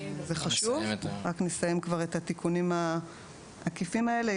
זה חשוב, רק נסיים את התיקונים העקיפים האלה.